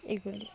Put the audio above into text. এগুলি